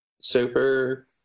super